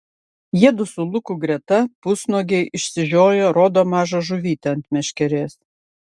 jiedu su luku greta pusnuogiai išsižioję rodo mažą žuvytę ant meškerės